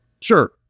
Sure